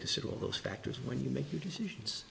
consider all those factors when you make your decisions